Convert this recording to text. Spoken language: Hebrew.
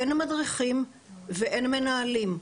אין מדריכים ואין מנהלים.